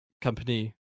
company